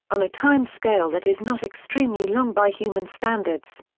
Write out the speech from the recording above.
on a time-scale that is not extremely long by human standards.